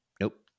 Nope